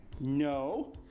No